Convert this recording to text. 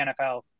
NFL